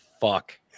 fuck